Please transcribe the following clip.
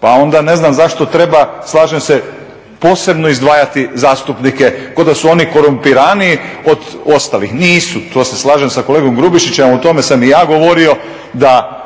pa onda ne znam zašto treba, slažem se posebno izdvajati zastupnike ko da su oni korumpiraniji od ostalih. Nisu. To se slažem sa kolegom Grubišićem, a o tome sam i ja govorio, da